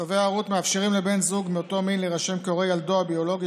צווי ההורות מאפשרים לבן זוג מאותו המין להירשם כהורה ילדו הביולוגי